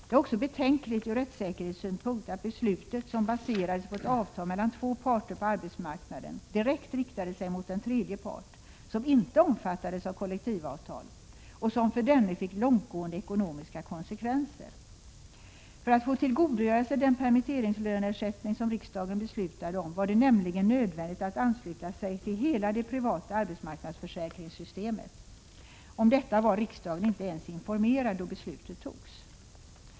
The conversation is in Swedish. Det är också betänkligt ur rättssäkerhetssynpunkt att beslutet, som baserades på ett avtal mellan två parter på arbetsmarknaden, direkt riktade sig mot en tredje part som inte omfattades av kollektivavtal och medförde långtgående ekonomiska konsekvenser för denne. För att få tillgodogöra sig den permitteringslöneersättning som riksdagen beslutade om var det nämligen nödvändigt att ansluta sig till det privata arbetsmarknadsförsäkringssystemet. Om detta var riksdagen inte ens informerad då beslutet fattades.